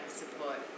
support